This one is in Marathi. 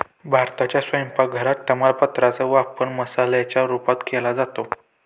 भारताच्या स्वयंपाक घरात तमालपत्रा चा वापर मसाल्याच्या रूपात केला जातो